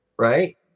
Right